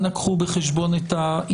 אנא קחו בחשבון את העניין.